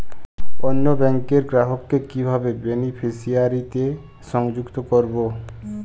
অন্য ব্যাংক র গ্রাহক কে কিভাবে বেনিফিসিয়ারি তে সংযুক্ত করবো?